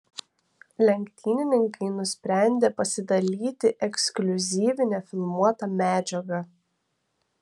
lenktynininkai nusprendė pasidalyti ekskliuzyvine filmuota medžiaga